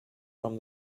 from